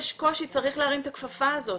יש קושי, צריך להרים את הכפפה הזאת.